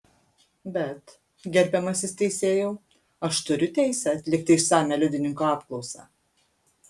bet gerbiamasis teisėjau aš turiu teisę atlikti išsamią liudininko apklausą